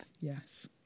Yes